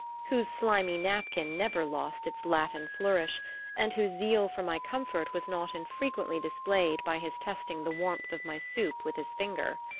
whose slimy napkin never lost its latin flourish and whose zeal for my comfort was not infrequently displayed by his testing the warmth of my soup with his finger.